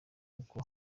uko